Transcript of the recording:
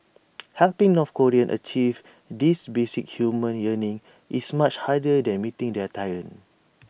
helping north Koreans achieve this basic human yearning is much harder than meeting their tyrant